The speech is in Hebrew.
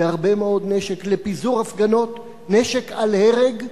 בהרבה מאוד נשק לפיזור הפגנות, נשק אל-הרג,